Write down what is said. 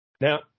Now